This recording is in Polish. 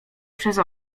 przez